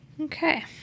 Okay